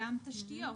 וגם תשתיות.